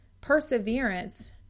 perseverance